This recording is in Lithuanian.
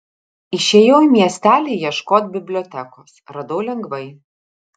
išėjau į miestelį ieškot bibliotekos radau lengvai